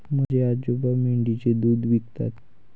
माझे आजोबा मेंढीचे दूध विकतात